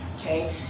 okay